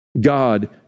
God